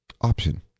option